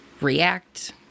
react